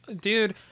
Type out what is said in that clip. dude